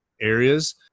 areas